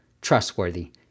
trustworthy